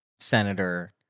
senator